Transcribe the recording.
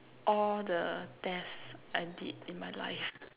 all the tests I did in my life